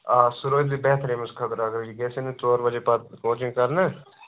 آ سُہ روزِ بہتر أمِس خٲطرٕ اگر یہِ گَژھِ نہٕ ژور ؤری پَتہٕ کوچِنگ کَرنہِ